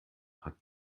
hat